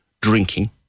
drinking